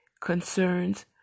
concerns